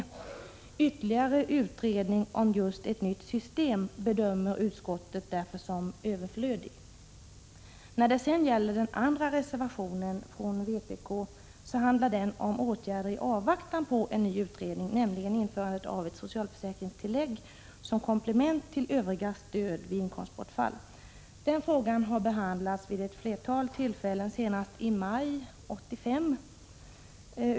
Utskottet bedömer därför ytterligare utredning om ett nytt system som överflödigt. När det sedan gäller den andra reservationen från vpk så handlar den om åtgärder som skall vidtas i avvaktan på en sådan ny utredning — nämligen införande av ett socialförsäkringstillägg som komplement till övriga stöd vid inkomstbortfall. Den frågan har behandlats vid ett flertal tillfällen, senast i maj 1985.